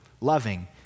Loving